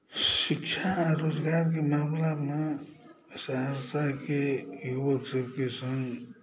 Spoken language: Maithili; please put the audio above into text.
शिक्षा आ रोजगारके मामिलामे सहरसाके लोकके सङ्ग